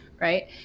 right